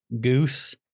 Goose